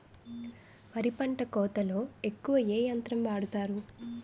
వరి పంట కోతలొ ఎక్కువ ఏ యంత్రం వాడతారు?